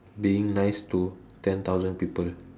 being nice to ten thousand people